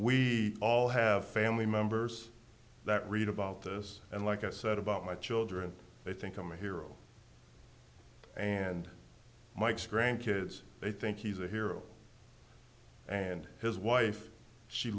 we all have family members that read about this and like i said about my children they think i'm a hero and mike's grand kids they think he's a hero and his wife she